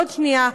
עוד שנייה.